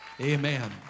Amen